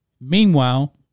Meanwhile